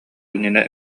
иннинэ